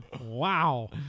Wow